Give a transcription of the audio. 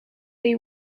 you